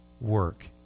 work